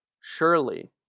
Surely